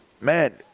man